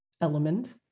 element